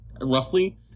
roughly